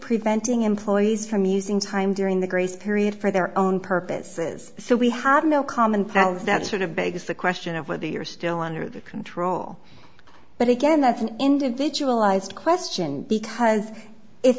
preventing employees from using time during the grace period for their own purposes so we have no common place of that sort of begs the question of whether you're still under the control but again that's an individualized question because i